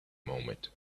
moment